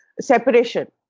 separation